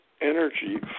energy